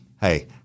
Hey